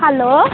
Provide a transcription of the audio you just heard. hello